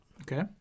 Okay